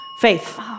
Faith